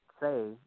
say